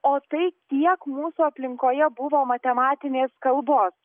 o tai tiek mūsų aplinkoje buvo matematinės kalbos